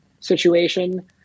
situation